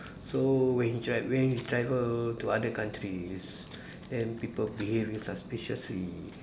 so when you tr~ when you travel to other countries then people behave suspiciously